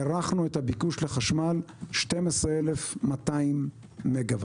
הערכנו את הביקוש לחשמל ב- 12,200 מגוואט.